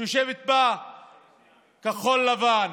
יושבת בה כחול לבן,